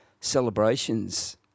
celebrations